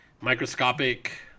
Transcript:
microscopic